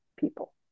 people